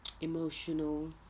emotional